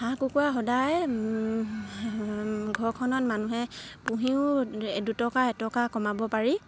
হাঁহ কুকুৰা সদায় ঘৰখনত মানুহে পুহিও দুটকা এটকা কমাব পাৰে